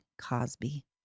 Cosby